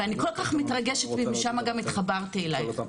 ואני כל כך מתרגשת, ומשם גם התחברתי אליך.